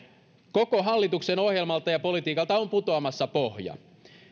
koko hallituksen ohjelmalta ja politiikalta on putoamassa pohja